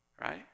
Right